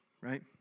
Right